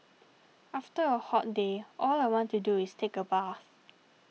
after a hot day all I want to do is take a bath